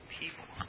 people